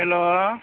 hello